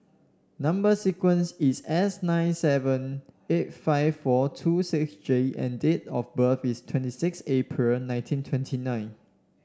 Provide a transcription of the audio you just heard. number sequence is S nine seven eight five four two six J and date of birth is twenty six April nineteen twenty nine